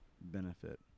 benefit